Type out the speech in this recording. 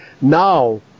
now